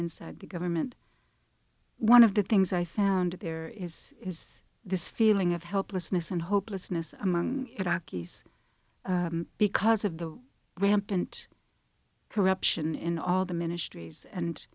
inside the government one of the things i found there is is this feeling of helplessness and hopelessness among iraqis because of the rampant corruption in all the ministries and